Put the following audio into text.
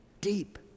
deep